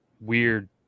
weird